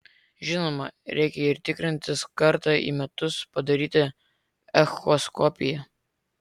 žinoma reikia ir tikrintis kartą į metus padaryti echoskopiją